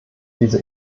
diese